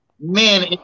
Man